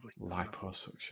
Liposuction